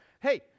hey